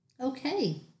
Okay